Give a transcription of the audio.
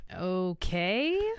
Okay